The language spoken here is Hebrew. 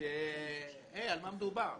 שעל מה מדובר?